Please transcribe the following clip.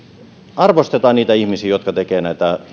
arvostetaan niitä ihmisiä jotka tekevät